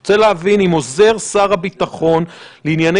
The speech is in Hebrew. אני רוצה להבין אם עוזר שר הביטחון לענייני